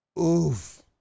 Oof